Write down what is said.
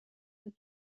for